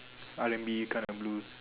R&B kind of blues